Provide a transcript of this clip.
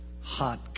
hot